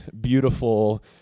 beautiful